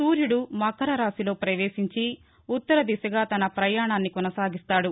సూర్యుడు మకర రాశిలో ప్రవేశించి ఉత్తర దిశగా తన ప్రయాణాన్ని కొనసాగిస్తాడు